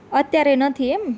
અત્યારે નથી એમ